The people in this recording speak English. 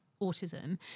autism